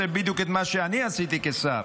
הוא עושה בדיוק את מה שאני עשיתי כשר.